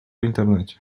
internecie